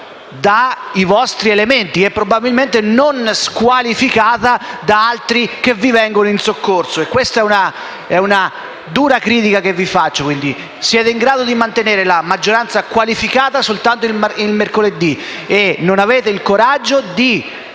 vostri elementi e non squalificata da altri che vi vengono in soccorso. Questa è una dura critica che vi faccio. Siete in grado di mantenere la maggioranza qualificata soltanto il mercoledì e non avete il coraggio di